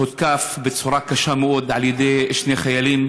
הותקף בצורה קשה מאוד על ידי שני חיילים